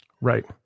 Right